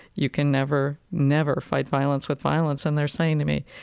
you can never, never fight violence with violence. and they're saying to me,